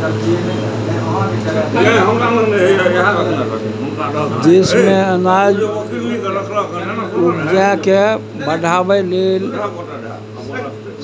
देश मे अनाज उपजाकेँ बढ़ाबै लेल